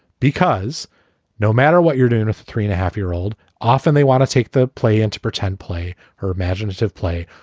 because no matter what you're doing a three and a half year old, often they want to take the play into pretend play her imaginative play.